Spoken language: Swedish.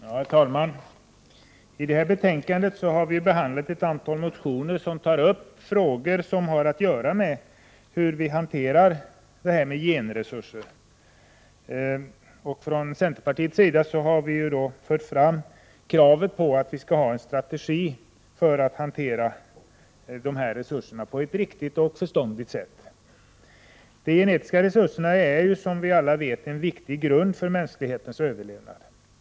Herr talman! I det här betänkandet har vi behandlat ett antal motioner som tar upp frågor som har att göra med hur vi hanterar genresurserna. Från centerpartiets sida har vi fört fram krav på en strategi för att hantera de resurserna på ett riktigt och förståndigt sätt. De genetiska resurserna är, som vi alla vet, en viktig grund för mänsklighetens överlevnad.